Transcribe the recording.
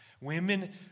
Women